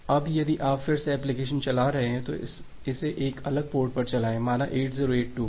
अब यदि आप फिर से एप्लिकेशन चला रहे हैं तो इसे एक अलग पोर्ट पर चलाये माना 8082 पर